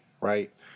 right